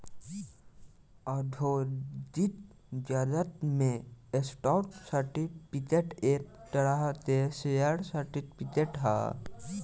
औद्योगिक जगत में स्टॉक सर्टिफिकेट एक तरह शेयर सर्टिफिकेट ह